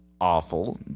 awful